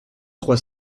trois